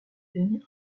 donnait